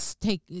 take